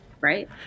right